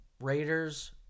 Raiders